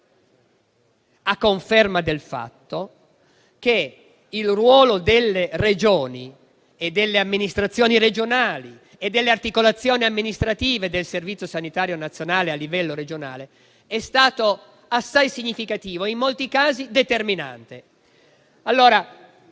a conferma del fatto che il ruolo delle Regioni, delle amministrazioni regionali e delle articolazioni amministrative del Servizio sanitario nazionale a livello regionale è stato assai significativo e, in molti casi, determinante.